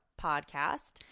podcast